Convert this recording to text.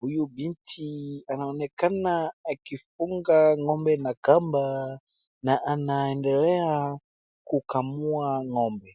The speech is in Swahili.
Huyu binti anaonekana akifunga ng'ombe na kamba na anendelea kukamua ng'ombe.